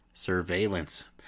Surveillance